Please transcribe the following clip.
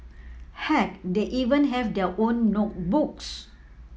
heck they even have their own notebooks